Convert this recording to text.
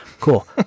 Cool